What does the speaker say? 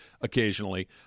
occasionally